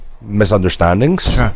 misunderstandings